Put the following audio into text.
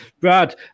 Brad